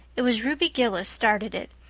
it was ruby gillis started it.